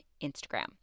Instagram